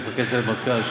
כמפקד סיירת מטכ"ל,